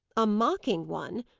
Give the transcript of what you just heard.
a mocking one!